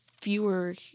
fewer